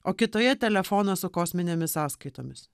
o kitoje telefoną su kosminėmis sąskaitomis